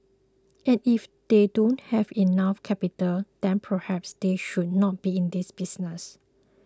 and if they don't have enough capital then perhaps they should not be in this business